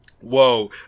Whoa